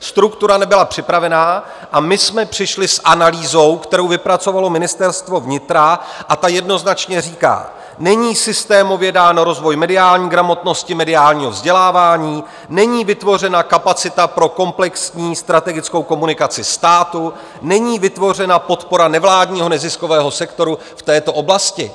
Struktura nebyla připravena a my jsme přišli s analýzou, kterou vypracovalo Ministerstvo vnitra, a ta jednoznačně říká: Není systémově dán rozvoj mediální gramotnosti, mediálního vzdělávání, není vytvořena kapacita pro komplexní strategickou komunikaci státu, není vytvořena podpora nevládního neziskového sektoru v této oblasti.